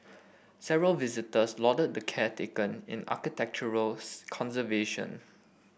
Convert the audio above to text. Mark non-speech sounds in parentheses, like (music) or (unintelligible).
several visitors lauded the care taken in architectural (unintelligible) conservation